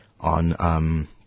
on